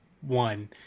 one